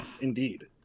Indeed